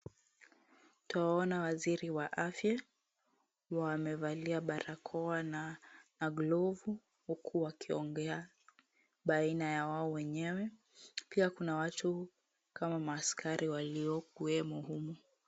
Twawaona waziri wa afya wamevalia barakoa na glovu huku wakiongea baina ya wao wenyewe, pia kuna watu kama maaskari waliokuwemo humu.